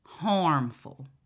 harmful